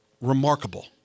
remarkable